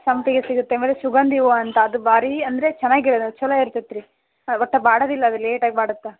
ಸಂಪಿಗೆ ಸಿಗುತ್ತೆ ಮತ್ತೆ ಸುಗಂಧಿ ಹೂವು ಅಂತ ಅದು ಭಾರಿ ಅಂದರೆ ಚೆನ್ನಾಗಿ ಇರೋದು ಚಲೋ ಇರ್ತೈತಿ ರೀ ಮತ್ತು ಬಾಡೋದಿಲ್ಲ ಅದು ಲೇಟಾಗಿ ಬಾಡುತ್ತಾ